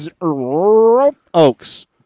oaks